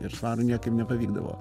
ir svarui niekaip nepavykdavo